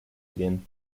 again